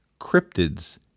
cryptids